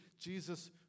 Jesus